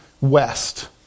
west